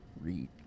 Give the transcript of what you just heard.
read